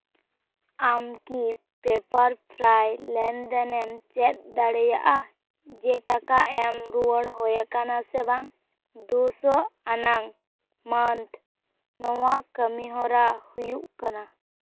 ᱟᱢ ᱠᱤ ᱯᱮᱯᱟᱨ ᱯᱷᱨᱟᱭ ᱞᱮᱱᱫᱮᱱᱮᱢ ᱪᱮᱫ ᱫᱟᱲᱮᱭᱟᱜᱼᱟ ᱡᱮ ᱴᱟᱠᱟ ᱮᱢ ᱨᱩᱣᱟᱹᱲ ᱦᱩᱭᱟᱠᱟᱱᱟ ᱥᱮ ᱵᱟᱝ ᱫᱩ ᱥᱚ ᱟᱱᱟᱝ ᱢᱟᱱᱛᱷ ᱱᱚᱣᱟ ᱠᱟᱹᱢᱤᱦᱚᱨᱟ ᱦᱩᱭᱩᱜ ᱠᱟᱱᱟ